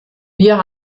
wir